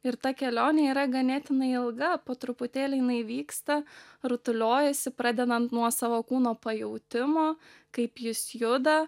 ir ta kelionė yra ganėtinai ilga po truputėlį jinai vyksta rutuliojasi pradedant nuo savo kūno pajautimo kaip jis juda